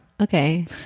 Okay